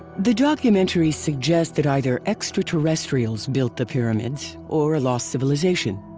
the documentaries suggest that either extraterrestrials built the pyramids or a lost civilization,